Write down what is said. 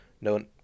no